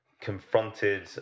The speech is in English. confronted